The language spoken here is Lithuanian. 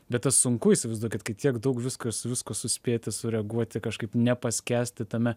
bet tas sunku įsivaizduokit kai tiek daug visko ir su viskuo suspėti sureaguoti kažkaip nepaskęsti tame